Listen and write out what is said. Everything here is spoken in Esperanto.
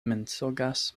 mensogas